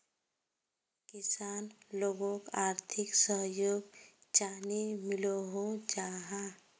किसान लोगोक आर्थिक सहयोग चाँ नी मिलोहो जाहा?